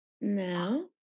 No